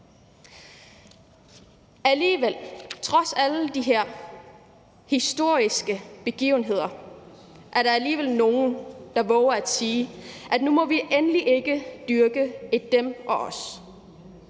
Alligevel og trods alle de her historiske begivenheder er der nogle, der vover at sige, at nu må vi endelig ikke dyrke et »dem« og »os«,